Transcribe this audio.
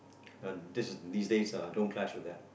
uh this is these dates don't clash with that